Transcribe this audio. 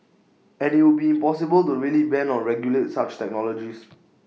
and IT would be impossible to really ban or regulate such technologies